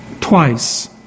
twice